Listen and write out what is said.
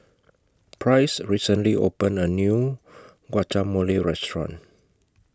Price recently opened A New Guacamole Restaurant